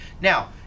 Now